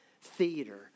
theater